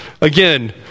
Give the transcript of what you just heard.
Again